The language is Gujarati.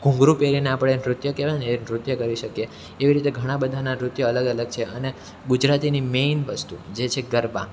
ઘૂંઘરું પહેરીને આપણે નૃત્ય કહેવાય ને એ નૃત્ય કરી શકીએ એવી રીતે ઘણાં બધાનાં નૃત્ય અલગ અલગ છે અને ગુજરાતીની મેઇન વસ્તુ જે છે ગરબા